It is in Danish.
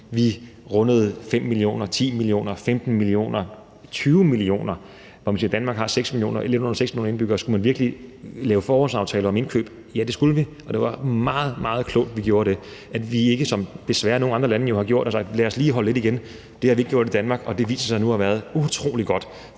vi rundede 5 millioner doser, 10 millioner doser, 15 millioner doser og 20 millioner doser. Danmark har lidt under 6 millioner indbyggere, og man kan spørge, om man virkelig skulle lave forhåndsaftaler om indkøb, og ja, det skulle vi, og det var meget, meget klogt, at vi gjorde det, og at vi ikke, som desværre nogle andre lande jo har gjort, sagde: Lad os lige holde lidt igen. Det har vi ikke gjort i Danmark, og det viser sig nu at have været utrolig godt,